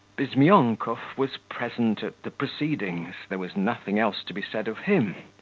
bizmyonkov was present at the proceedings there was nothing else to be said of him.